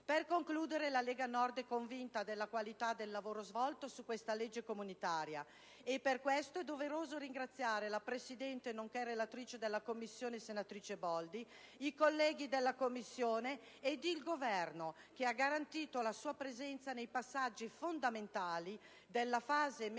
Per concludere, la Lega Nord e convinta della qualità del lavoro svolto su questa legge comunitaria e per questo è doveroso ringraziare la presidente della Commissione, nonché relatrice, senatrice Boldi, i colleghi della Commissione ed il Governo, che ha garantito la sua presenza nei passaggi fondamentali della fase emendativa